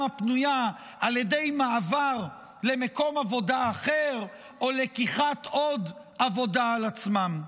הפנויה על ידי מעבר למקום עבודה אחר או לקיחת עוד עבודה על עצמם?